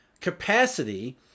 capacity